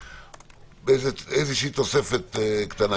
באיזושהי תוספת קטנה,